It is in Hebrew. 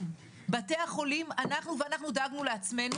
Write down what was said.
בתי החולים, אנחנו, ואנחנו דאגנו לעצמנו